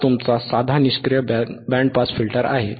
हा तुमचा साधा निष्क्रिय बँड पास फिल्टर आहे